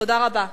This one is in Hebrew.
תודה רבה.